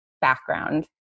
background